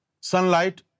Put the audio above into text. Sunlight